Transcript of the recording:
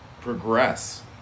progress